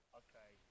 okay